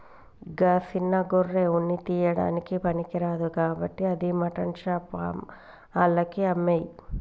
గా సిన్న గొర్రె ఉన్ని ఇయ్యడానికి పనికిరాదు కాబట్టి అది మాటన్ షాప్ ఆళ్లకి అమ్మేయి